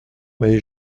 mais